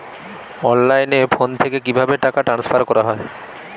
অনলাইনে ফোন থেকে কিভাবে টাকা ট্রান্সফার করা হয়?